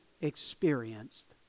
experienced